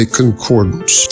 concordance